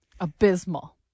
abysmal